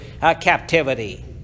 captivity